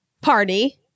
party